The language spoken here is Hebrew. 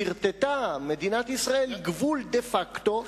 סרטטה מדינת ישראל גבול דה-פקטו,